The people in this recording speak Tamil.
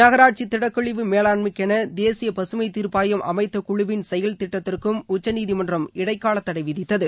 நகராட்சி திடக்கழிவு மேலாண்மைக்கென தேசிய பசுமை தீர்ப்பாயம் அமைத்த குழுவின் செயல் திட்டத்திற்கும் உச்சநீதிமன்றம் இடைக்கால தடை விதித்தது